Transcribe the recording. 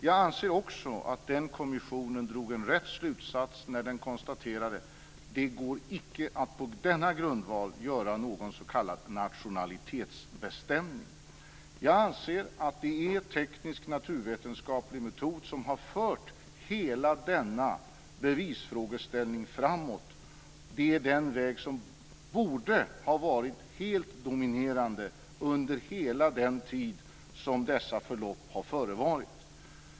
Jag anser också att kommissionen drog rätt slutsats när den konstaterade att det icke på dess grundval går att göra någon s.k. nationalitetsbestämning. Jag anser att det är en naturvetenskaplig-teknisk metod som har fört hela denna bevisfrågeställning framåt. Det är den väg som borde ha varit helt dominerande under hela den tid som dessa förlopp har förevarit.